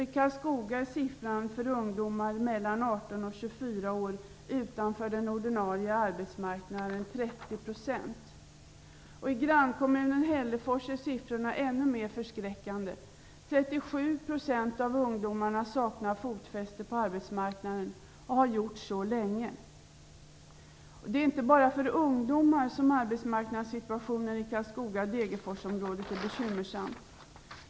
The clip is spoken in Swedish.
I Karlskoga är siffran för ungdomar mellan 18 och 24 år som står utanför den ordinarie arbetsmarknaden 30 %. I grannkommunen Hällefors är siffrorna ännu mer förskräckande. 37 % av ungdomarna saknar fotfäste på arbetsmarknaden och har gjort så länge. Det är inte bara för ungdomar som arbetsmarknadssituationen i Karlskoga-Degerfors-området är bekymmersam.